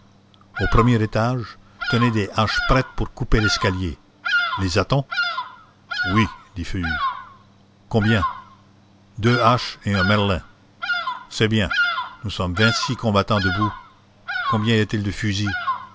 au premier étage tenez des haches prêtes pour couper l'escalier les a-t-on oui dit feuilly combien deux haches et un merlin c'est bien nous sommes vingt-six combattants debout combien y a-t-il de fusils